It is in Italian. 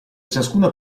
ciascuna